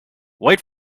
wait